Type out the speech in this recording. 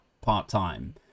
part-time